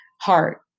heart